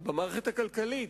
במערכת הכלכלית,